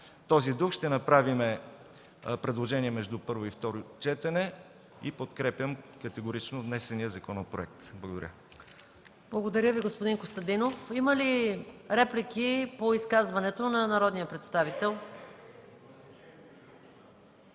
този дух ще направим предложения между първо и второ четене и подкрепям категорично внесения законопроект. Благодаря. ПРЕДСЕДАТЕЛ МАЯ МАНОЛОВА: Благодаря Ви, господин Костадинов. Има ли реплики по изказването на народния представител?